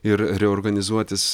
ir reorganizuotis